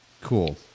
cool